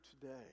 today